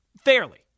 fairly